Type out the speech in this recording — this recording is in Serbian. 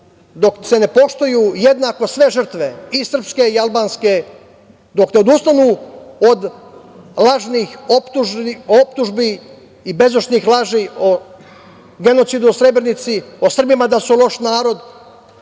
dok se ne poštuju jednako sve žrtve i Srpske i Albanske, dok ne odustanu od lažnih optužbi i bezdušnih laži o genocidu o Srebrenici, o Srbima da su loš narod,